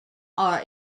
are